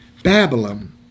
Babylon